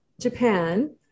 Japan